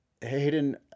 Hayden